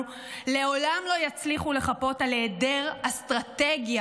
לעולם לא יצליחו לחפות על היעדר אסטרטגיה